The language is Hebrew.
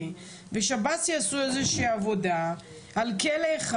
שב"ס יעשו איזו עבודה על כלא אחד.